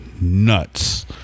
nuts